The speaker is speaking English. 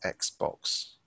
Xbox